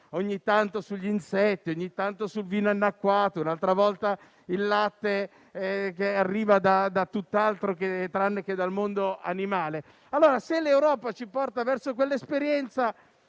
ogni tanto sugli insetti, sul vino annacquato e un'altra volta ancora sul latte che arriva da tutt'altro tranne che dal mondo animale. Ebbene, se l'Europa ci porta verso quell'esperienza,